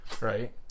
Right